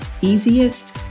easiest